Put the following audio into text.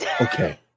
okay